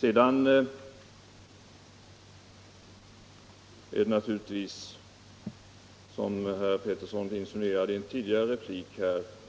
Sedan är det naturligtvis inte så, som herr Pettersson insinuerade i ett tidigare